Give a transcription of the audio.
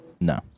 No